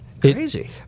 Crazy